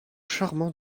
charmant